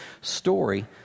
story